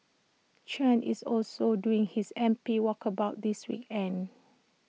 Chen is also doing his M P walkabouts this weekend